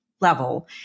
level